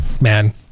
man